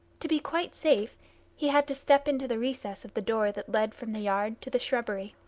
to be quite safe he had to step into the recess of the door that led from the yard to the shrubbery.